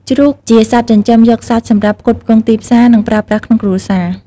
ជ្រូក ជាសត្វចិញ្ចឹមយកសាច់សម្រាប់ផ្គត់ផ្គង់ទីផ្សារ និងប្រើប្រាស់ក្នុងគ្រួសារ។